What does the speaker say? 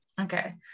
Okay